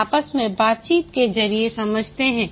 वे आपस में बातचीत के जरिए समझाते हैं